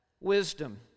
wisdom